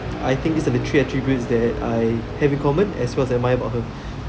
I think these are the three attributes that I have in common as well as I admire about her